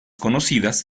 conocidas